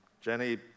Jenny